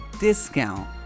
discount